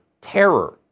terror